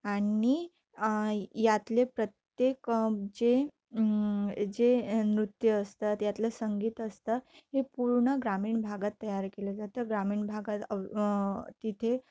आणि यातले प्रत्येक जे जे नृत्य असतात यातलं संगीत असतं हे पूर्ण ग्रामीण भागात तयार केलं जातं ग्रामीण भागात तिथे